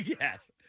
Yes